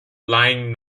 lying